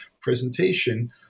presentation